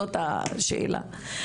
זאת השאלה.